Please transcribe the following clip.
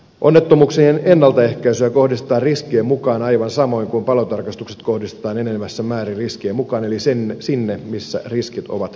onnettomuuksien ennaltaehkäisyä kohdistetaan riskien mukaan aivan samoin kuin palotarkastukset kohdistetaan enenevässä määrin riskien mukaan eli sinne missä riskit ovat suurimpia